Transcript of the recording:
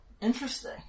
interesting